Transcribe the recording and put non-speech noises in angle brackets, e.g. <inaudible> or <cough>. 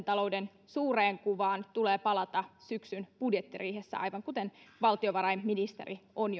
<unintelligible> talouden suureen kuvaan tulee palata syksyn budjettiriihessä aivan kuten valtiovarainministeri on <unintelligible>